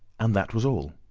and that was all.